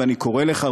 ואני קורא לך,